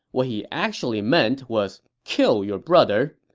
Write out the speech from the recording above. what he actually meant was kill your brother.